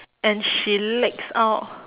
and she leaks out